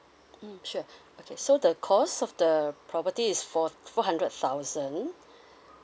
mm sure okay so the cost of the property is four four hundred thousand